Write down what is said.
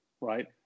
right